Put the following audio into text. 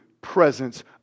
presence